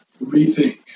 rethink